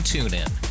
TuneIn